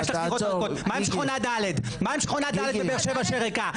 מה עם שכונה ד' בבאר שבע שריקה?